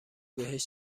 بهش